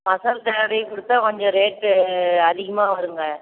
மசாலா தடவிக்கொடுத்தா கொஞ்சம் ரேட்டு அதிகமாக வருங்க